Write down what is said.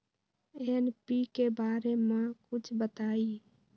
NPK बारे म कुछ बताई?